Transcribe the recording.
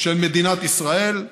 של מדינת ישראל,